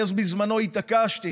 אז בזמנו אני התעקשתי